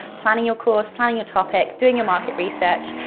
planning your course, planning a topic, doing your market research,